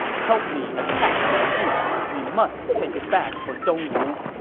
help me attack nanjun. we must take it back for dongwu!